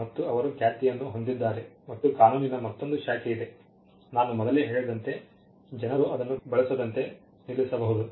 ಮತ್ತು ಅವರು ಖ್ಯಾತಿಯನ್ನು ಹೊಂದಿದ್ದಾರೆ ಮತ್ತು ಕಾನೂನಿನ ಮತ್ತೊಂದು ಶಾಖೆಯಿದೆ ನಾನು ಮೊದಲೇ ಹೇಳಿದಂತೆ ಜನರು ಅದನ್ನು ಬಳಸಿದಂತೆ ನಿಲ್ಲಿಸಬಹುದು